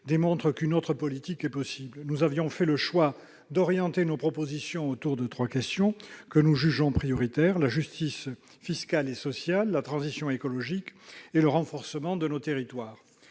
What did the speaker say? démontre qu'une autre politique est possible. Nous avons fait le choix d'axer nos propositions sur trois enjeux que nous jugeons prioritaires : la justice fiscale et sociale, la transition écologique et le renforcement de nos territoires.